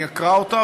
אני אקרא אותה,